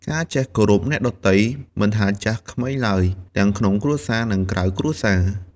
ការចេះគោរពអ្នកដទៃ មិនថាចាស់ក្មេងឡើយ ទាំងក្នុងគ្រួសារ និងក្រៅគ្រួសារ ។